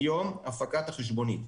מיום הפקת החשבונית.